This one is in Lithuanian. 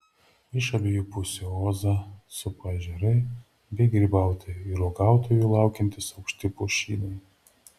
iš abiejų pusių ozą supa ežerai bei grybautojų ir uogautojų laukiantys aukšti pušynai